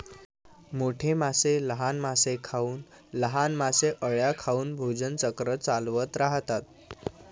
मोठे मासे लहान मासे खाऊन, लहान मासे अळ्या खाऊन भोजन चक्र चालवत राहतात